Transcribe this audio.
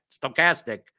stochastic